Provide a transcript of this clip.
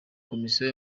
komisiyo